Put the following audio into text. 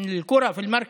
(אומר בערבית: